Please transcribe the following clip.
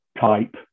type